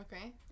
Okay